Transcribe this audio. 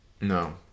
No